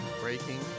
Breaking